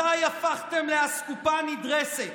מתי הפכתם לאסקופה נדרסת,